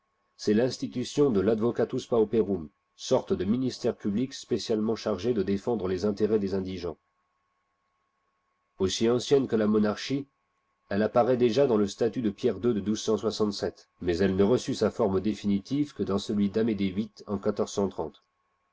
c'est l'institution de yadvocatus panpcrum sorte de ministère public spécialement chargé de défendre les intérêts des indigents aussi ancienne que la monarchie elle apparaît déjà dans le statut de pierre ii de mais elle ne reçut sa forme définitive que dans celui d'amédée viii en